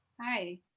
hi